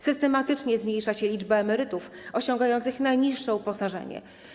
Systematycznie zmniejsza się liczba emerytów osiągających najniższe uposażenie.